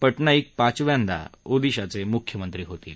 पटनाईक पाचव्यांदा ओदिसाचे मुख्यमंत्री होतील